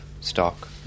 stock